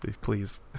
please